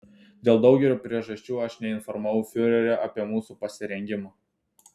dėl daugelio priežasčių aš neinformavau fiurerio apie mūsų pasirengimą